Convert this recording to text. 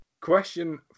Question